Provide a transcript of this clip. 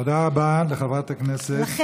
תודה רבה לחברת הכנסת אורית פרקש-הכהן.